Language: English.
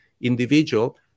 individual